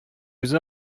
үзе